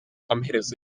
amaherezo